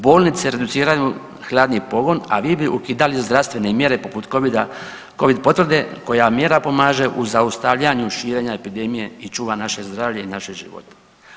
Bolnice reduciraju hladni pogon, a vi bi ukidali zdravstvene mjere poput covid potvrde koja mjera pomaže u zaustavljanju širenja epidemije i čuva naše zdravlje i naše živote.